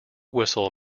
whistle